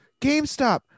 gamestop